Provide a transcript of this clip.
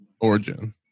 origin